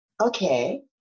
okay